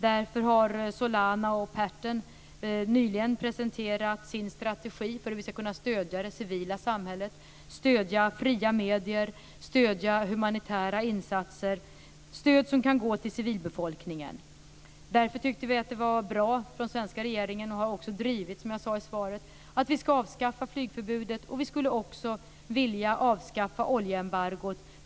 Därför har Solana och Patton nyligen presenterat en strategi för hur vi ska kunna stödja det civila samhället, stödja fria medier och humanitära insatser. Det ska vara stöd som kan gå till civilbefolkningen. Den svenska regeringen tyckte att det var bra och har också drivit frågan om att vi ska avskaffa flygförbudet, som jag sade i svaret. Vi skulle också vilja avskaffa oljeembargot.